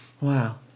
Wow